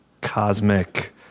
cosmic